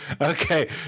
okay